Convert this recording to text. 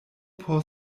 por